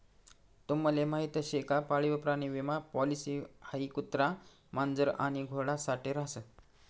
तुम्हले माहीत शे का पाळीव प्राणी विमा पॉलिसी हाई कुत्रा, मांजर आणि घोडा साठे रास